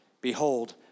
Behold